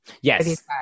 Yes